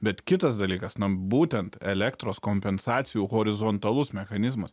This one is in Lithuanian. bet kitas dalykas na būtent elektros kompensacijų horizontalus mechanizmas